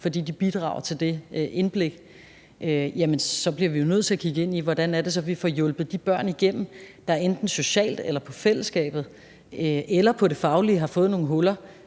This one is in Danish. for de bidrager til det indblik – så bliver vi jo nødt til at kigge ind i, hvordan det så er, vi får hjulpet de børn igennem, der enten socialt eller i forhold til fællesskabet eller det faglige har fået nogle huller,